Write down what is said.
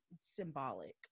symbolic